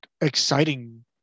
Exciting